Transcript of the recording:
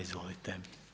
Izvolite.